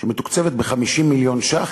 שמתוקצבת ב-50 מיליון ש"ח,